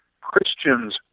Christians